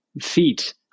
feet